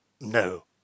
No